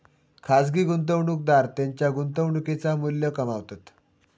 खाजगी गुंतवणूकदार त्येंच्या गुंतवणुकेचा मू्ल्य कमावतत